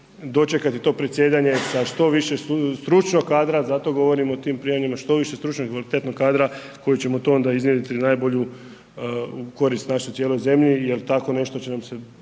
dočekati do predsjedanje sa što više stručnog kadra, zato govorim o tim prijemima, što više stručnog i kvalitetnog kadra koji ćemo onda to iznjedriti najbolju korist našoj cijeloj zemlji jer tako nešto će nam se